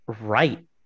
right